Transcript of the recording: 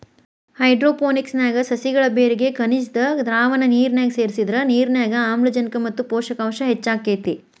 hydroponics ನ್ಯಾಗ ಸಸಿಗಳ ಬೇರಿಗೆ ಖನಿಜದ್ದ ದ್ರಾವಣ ನಿರ್ನ್ಯಾಗ ಸೇರ್ಸಿದ್ರ ನಿರ್ನ್ಯಾಗ ಆಮ್ಲಜನಕ ಮತ್ತ ಪೋಷಕಾಂಶ ಹೆಚ್ಚಾಕೇತಿ